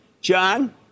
John